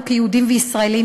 אנו כיהודים וישראלים,